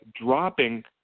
dropping